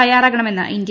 തയ്യാറാകണമെന്ന് ഇന്ത്യ